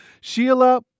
Sheila